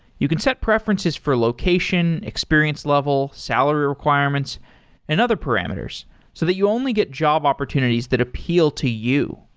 you can set preferences for location, experience level, salary requirements and other parameters so that you only get job opportunities that appeal to you.